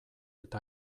eta